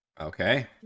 Okay